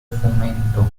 fomento